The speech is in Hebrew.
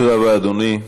תודה רבה, אדוני.